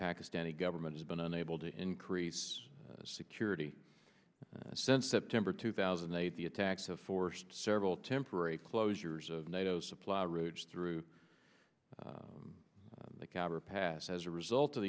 pakistani government has been unable to increase security since september two thousand and eight the attacks have forced several temporary closures of nato supply routes through the cab or past as a result of